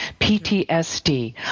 PTSD